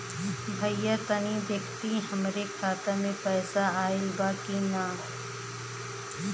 भईया तनि देखती हमरे खाता मे पैसा आईल बा की ना?